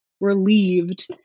relieved